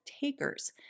takers